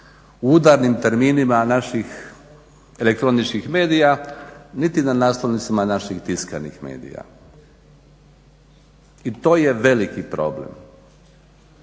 u udarnim terminima naših elektroničkih medija niti na naslovnicima naših tiskanih medija i to je veliki problem.